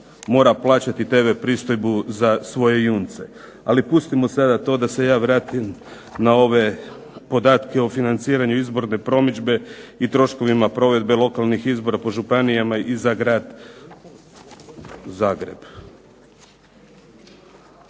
mora plaćati tv pristojbu za svoje junce. Ali pustimo sada to, da se ja vratim na ove podatke o financiranju izborne promidžbe i troškovima provedbe lokalnih izborima po županijama i za Grad Zagreb.